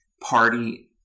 party